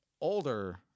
older